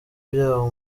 byawo